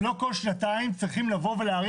שלא כל שנתיים צריך להאריך.